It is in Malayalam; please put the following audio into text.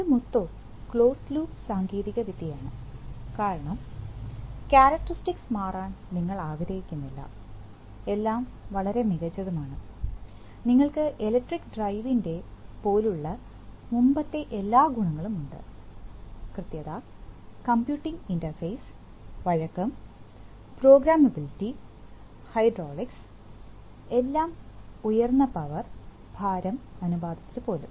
ഇത് മൊത്തം ക്ലോസ്ഡ് ലൂപ്പ് സാങ്കേതികവിദ്യയാണ് കാരണം ക്യാരക്ടർസ്റ്റിക്സ് മാറാൻ നിങ്ങൾ ആഗ്രഹിക്കുന്നില്ല എല്ലാം വളരെ മികച്ചതുമാണ് നിങ്ങൾക്ക് ഇലക്ട്രിക് ഡ്രൈവിൻറെ പോലുള്ള മുമ്പത്തെ എല്ലാ ഗുണങ്ങളും ഉണ്ട് കൃത്യത കമ്പ്യൂട്ടിംഗ് ഇന്റർഫേസ് വഴക്കം പ്രോഗ്രാമബിലിറ്റി ഹൈഡ്രോളിക്സ് എല്ലാം ഉയർന്ന പവർ ഭാരം അനുപാതത്തിനു പോലും